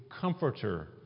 comforter